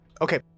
Okay